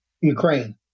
Ukraine